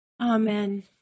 Amen